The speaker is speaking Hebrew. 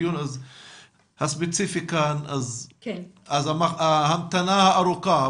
אז ההמתנה היא ארוכה.